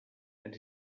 and